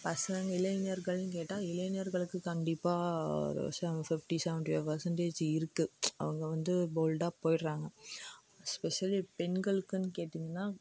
பசங்க இளைஞர்கள்னு கேட்டால் இளைஞர்களுக்கு கண்டிப்பாக நிச்சயம் ஃபிஃப்டி செவண்ட்டி ஃபைவ் பர்சன்டேஜ் இருக்குது அவங்க வந்து போல்டாக போய்டுறாங்க எஸ்பெஸல்லி பெண்களுக்குன்னு கேட்டீங்கன்னா